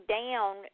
down